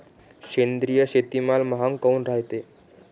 सेंद्रिय शेतीमाल महाग काऊन रायते?